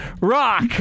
Rock